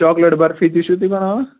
chocolate barfi تہِ چھِو تُہۍ بَناوان